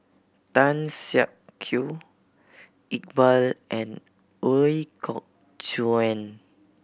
Tan Siak Kew Iqbal and Ooi Kok Chuen